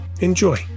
enjoy